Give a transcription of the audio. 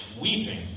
weeping